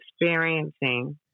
experiencing